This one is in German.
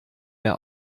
mehr